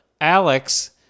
Alex